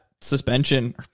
suspension